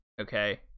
okay